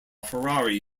ferrari